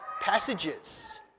passages